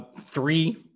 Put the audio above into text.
three